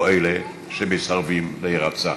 או אלה שמסרבים להירצח.